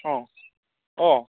ও ও